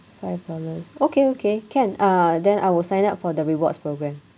five dollars okay okay can uh then I will sign up for the rewards programme